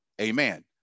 Amen